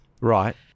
Right